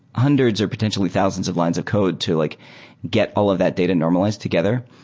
hundreds or potentially thousands of lines of code to like get all of that data normalized together.